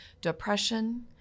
depression